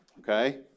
Okay